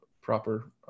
proper